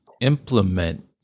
implement